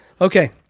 Okay